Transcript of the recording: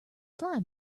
fly